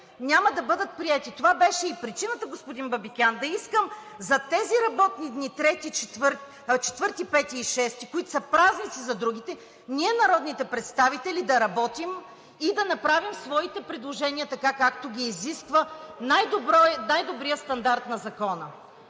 няма да бъдат приети! Това беше и причината, господин Бабикян, да искам за тези работни дни – 4-ти, 5-и и 6-и, които са празници за другите, ние народните представители да работим и да направим своите предложения, така както ги изисква най-добрият стандарт на закона.